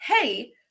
Hey